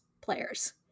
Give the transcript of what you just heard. players